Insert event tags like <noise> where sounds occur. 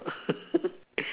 <laughs>